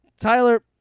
Tyler